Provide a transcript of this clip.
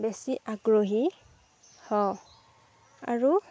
বেছি আগ্ৰহী হওঁ আৰু